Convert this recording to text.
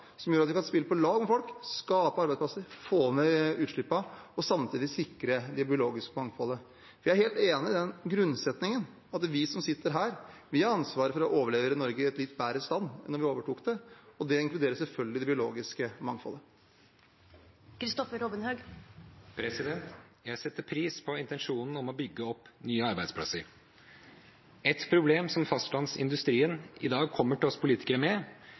som gjør at vi kan spille på lag med folk, skape arbeidsplasser, få ned utslippene og samtidig sikre det biologiske mangfoldet. Jeg er helt enig i grunnsetningen om at vi som sitter her, har ansvaret for å overlevere Norge i litt bedre stand enn da vi overtok det, og det inkluderer selvfølgelig det biologiske mangfoldet. Jeg setter pris på intensjonen om å bygge opp nye arbeidsplasser. Et problem som fastlandsindustrien i dag kommer til oss politikere med,